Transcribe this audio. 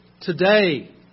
today